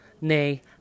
Nay